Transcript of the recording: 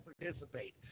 participate